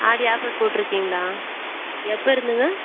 ஆடி offer போட்டிருக்கிங்களா எப்போருந்துங்க